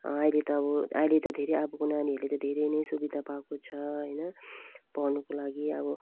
अहिले त अब अहिले त धेरै अबको नानीहरूले त धेरै नै सुविधा पाएको छ हैन पढ्नुको लागि अब